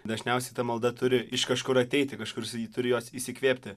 dažniausiai ta malda turi iš kažkur ateiti kažkur jisai turi jos įsikvėpti